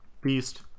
beast